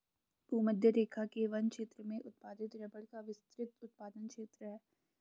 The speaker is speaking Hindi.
भूमध्यरेखा के वन क्षेत्र में उत्पादित रबर का विस्तृत उत्पादन क्षेत्र है